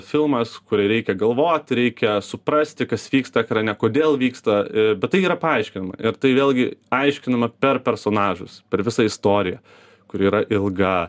filmas kur reikia galvot reikia suprasti kas vyksta ekrane kodėl vyksta bet tai yra paaiškinama ir tai vėlgi aiškinama per personažus per visą istoriją kuri yra ilga